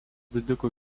didikų